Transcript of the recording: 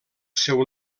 seu